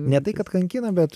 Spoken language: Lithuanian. ne tai kad kankina bet